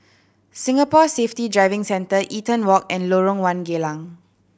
Singapore Safety Driving Centre Eaton Walk and Lorong One Geylang